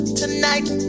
tonight